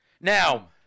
Now